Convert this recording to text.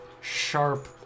sharp